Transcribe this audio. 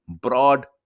broad